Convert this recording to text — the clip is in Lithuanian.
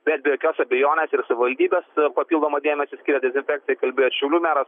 bet be jokios abejonės ir savivaldybės papildomo dėmesio skiria dezinfekcijai kalbėjo ir šiaulių meras